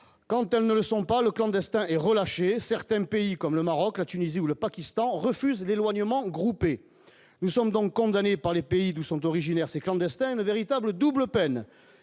quand elles ne sont pas le clandestin et relâché, certains pays comme le Maroc, la Tunisie ou le Pakistan refuse l'éloignement groupés, nous sommes donc condamnée par les pays d'où sont originaires ces clandestins, une véritable double peine,